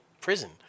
prison